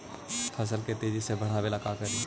फसल के तेजी से बढ़ाबे ला का करि?